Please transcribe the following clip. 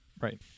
Right